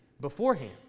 beforehand